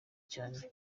cyane